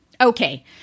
Okay